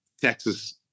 Texas